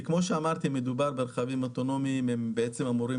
כי כמו שאמרתי מדובר ברכבים אוטונומיים שאמורים